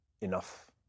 enough